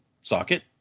socket